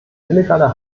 illegale